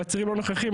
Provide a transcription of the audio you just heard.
הצעירים לא נוכחים,